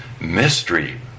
mystery